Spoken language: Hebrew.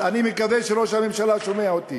אני מקווה שראש הממשלה שומע אותי.